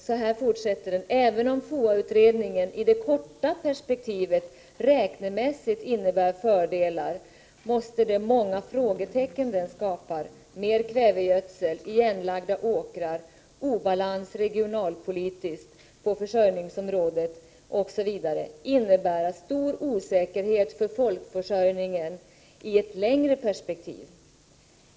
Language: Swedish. Så här fortsätter det: ”Även om 33 FOA-utredningen i det korta perspektivet räknemässigt innebär fördelar måste de många frågetecknen den skapar — mer kvävegödsel, igenlagda åkrar, obalans regionalpolitiskt på försörjningsområdet etc — innebära stor osäkerhet för folkförsörjningen i ett längre perspektiv.